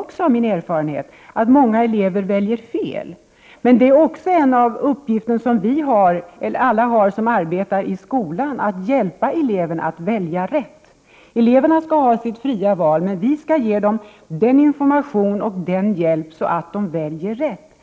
också av erfarenhet att många elever väljer fel. En av de uppgifter som alla vi som arbetar i skolan har är att hjälpa eleverna att välja rätt. Eleverna skall ha sitt fria val, men vi skall ge dem information och hjälp, så att de väljer rätt.